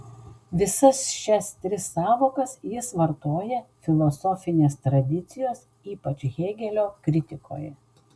visas šias tris sąvokas jis vartoja filosofinės tradicijos ypač hėgelio kritikoje